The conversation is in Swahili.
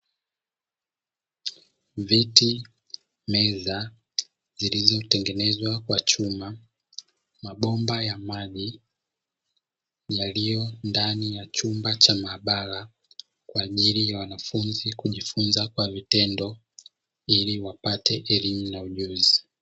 Viti, meza zilizotengenezwa kwa chuma. Mabombya ya maji yaliyo ndani ya chumba cha maabara kwa ajili ya wanafunzi kujifunza kwa vitendo ili wapate elimu na ujuzi.